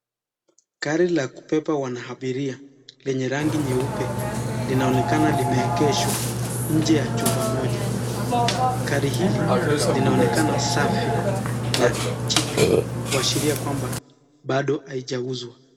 Gari la kubeba wanabiria lenye rangi nyeupe linaonekana limegeshwa nje ya chumba moja. Gari hili linaonekana safi na jipya kuashiria kwamba bado haijauzwa.